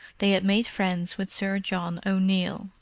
they had made friends with sir john o'neill,